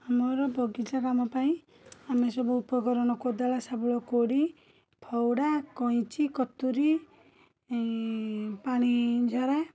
ଆମର ବଗିଚା କାମପାଇଁ ଆମେ ସବୁ ଉପକରଣ କୋଦାଳ ଶାବଳ କୋଡ଼ି ଫଉଡ଼ା କଇଁଚି କତୁରି ଏଇ ପାଣିଝରା